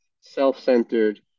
self-centered